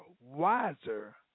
wiser